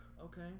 okay